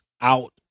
out